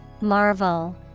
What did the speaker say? Marvel